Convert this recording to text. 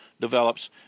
develops